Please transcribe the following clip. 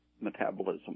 metabolism